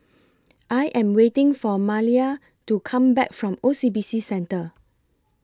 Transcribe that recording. I Am waiting For Maleah to Come Back from O C B C Centre